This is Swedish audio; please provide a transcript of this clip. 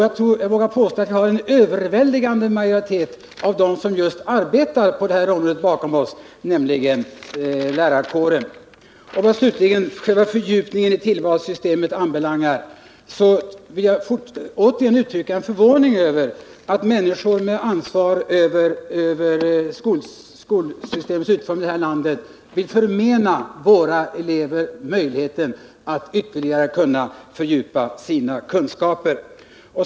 Jag vågar påstå att vi har en överväldigande majoritet av dem som just arbetar på det här området bakom oss, nämligen lärarkåren. Beträffande själva fördjupningen i fråga om tillvalssystemet får jag återigen uttrycka min förvåning över att människor med ansvar för skolsystemets utformning i det här landet vill förmena våra elever möjligheten att ytterligare kunna fördjupa sina kunskaper.